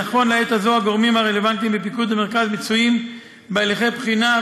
נכון לעת הזאת הגורמים הרלוונטיים בפיקוד המרכז מצויים בהליכי בחינה,